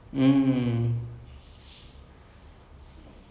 so his brother is well known for making the remix